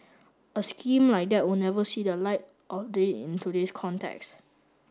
a scheme like that would never see the light of day in today's context